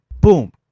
boom